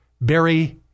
Barry